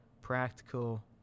practical